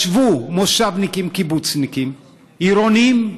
ישבו מושבניקים, קיבוצניקים, עירוניים,